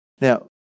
Now